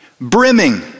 Brimming